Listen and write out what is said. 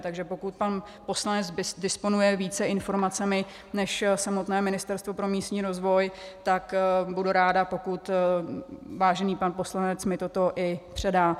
Takže pokud pan poslanec disponuje více informacemi než samotné Ministerstvo pro místní rozvoj, tak budu ráda, pokud mi vážený pan poslanec toto i předá.